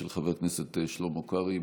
של חבר הכנסת שלמה קרעי.